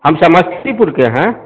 हम समस्तीपुर के हैं